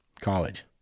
college